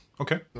Okay